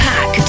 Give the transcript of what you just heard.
Pack